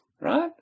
right